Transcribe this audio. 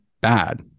bad